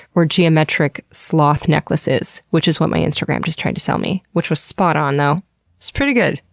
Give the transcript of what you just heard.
or geometric sloth necklaces, which is what my instagram just tried to sell me which was spot-on, though. it's pretty good.